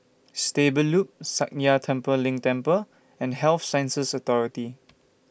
Stable Loop Sakya Tenphel Ling Temple and Health Sciences Authority